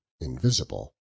invisible